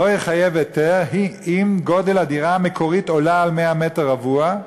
לא יחייב היתר אם גודל הדירה המקורית עולה על 100 מטר רבוע.